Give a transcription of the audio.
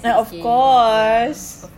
eh of course